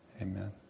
Amen